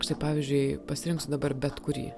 štai pavyzdžiui pasirinksiu dabar bet kurį